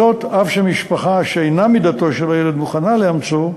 זאת אף שמשפחה שאינה מדתו של הילד מוכנה לאמצו,